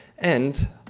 and,